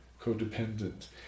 co-dependent